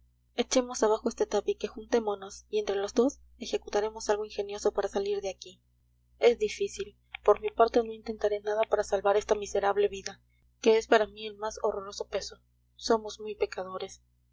echemos abajo este tabique juntémonos y entre los dos ejecutaremos algo ingenioso para salir de aquí es difícil por mi parte no intentaré nada para salvar esta miserable vida que es para mí el más horroroso peso somos muy pecadores